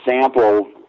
sample